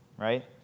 right